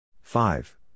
five